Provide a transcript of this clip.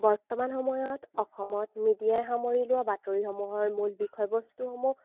বৰ্তমান সময়ত অসমত মিডিয়াই সামৰি লোৱা বাতৰিসমূহৰ মূল বিষয়বস্তুসমূহ